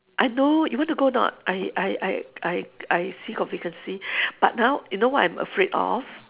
I know you want to go or not I I I I I see got vacancy but ha you know what I'm afraid of